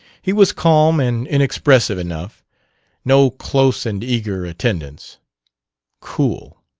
he was calm and inexpressive enough no close and eager attendance cool,